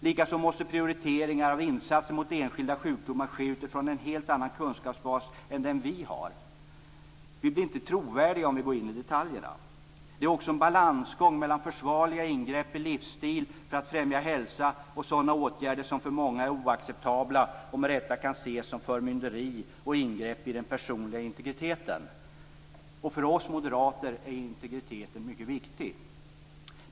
Likaså måste prioriteringar av insatser mot enskilda sjukdomar kunna ske utifrån en helt annan kunskapsbas än den som vi har. Vi blir inte trovärdiga om vi går in på detaljerna. Det är också en balansgång mellan försvarliga ingrepp när det gäller livsstil för att hälsan skall främjas och sådana åtgärder som för många är oacceptabla och med rätta kan ses som förmynderi och intrång i den personliga integriteten. För oss moderater är integriteten mycket viktig.